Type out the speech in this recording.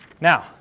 Now